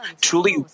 Truly